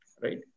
Right